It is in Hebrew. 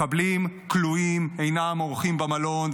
מחבלים כלואים אינם אורחים במלון,